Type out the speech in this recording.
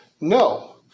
No